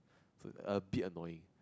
so its a bit annoying